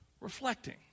reflecting